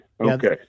Okay